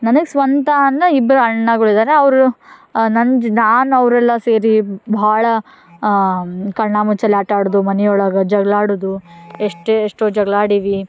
ನನಗೆ ಸ್ವಂತ ಅಂದು ಇಬ್ಬರು ಅಣ್ಣಗಳು ಇದ್ದಾರೆ ಅವ್ರು ನನ್ನ ನಾನು ಅವರೆಲ್ಲ ಸೇರಿ ಬಹಳ ಕಣ್ಣಾ ಮುಚ್ಚಾಲೆ ಆಟ ಆಡೋದು ಮನೆಯೊಳಗೆ ಜಗಳ ಆಡೋದು ಎಷ್ಟೇ ಎಷ್ಟೋ ಜಗಳ ಆಡೀವಿ